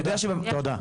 תודה.